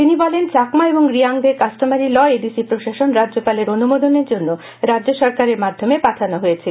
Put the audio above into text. তিনি বলেন চাকমা এবং রিয়াংদের কাষ্টমারী ল এডিসি প্রশাসন রাজ্যপালের অনুমোদনের জন্য রাজ্য সরকারের মাধ্যমে পাঠানো হয়েছিল